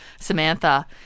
Samantha